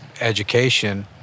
education